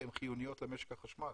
כי הן חיוניות למשק החשמל.